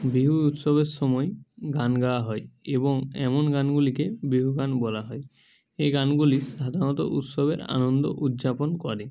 বিহু উৎসবের সময় গান গাওয়া হয় এবং এমন গানগুলিকে বিহু গান বলা হয় এই গানগুলি সাধারণত উৎসবের আনন্দ উদযাপন করে